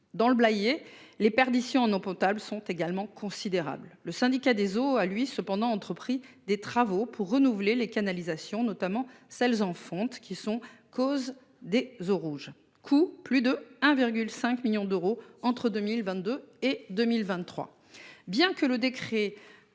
Dans le Blayais, la déperdition en eau potable est également considérable. Le syndicat des eaux a cependant entrepris des travaux pour renouveler les canalisations, notamment celles en fonte, qui sont la cause des eaux rouges, pour un coût de plus de 1,5 million d'euros entre 2022 et 2023. Bien que le décret